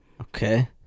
Okay